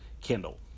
Kindle